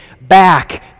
back